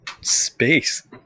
space